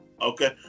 Okay